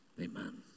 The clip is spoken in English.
Amen